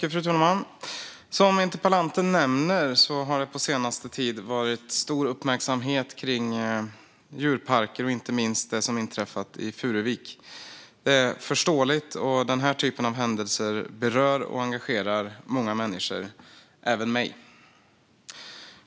Fru talman! Som interpellanten nämner har det på senaste tid varit stor uppmärksamhet kring djurparker, inte minst kring det som inträffat i Furuvik. Det är förståeligt, och den här typen av händelser berör och engagerar många människor, även mig.